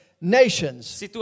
nations